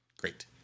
Great